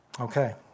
Okay